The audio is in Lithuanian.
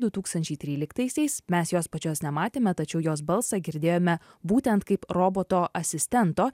du tūkstančiai tryliktaisiais mes jos pačios nematėme tačiau jos balsą girdėjome būtent kaip roboto asistento